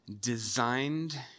designed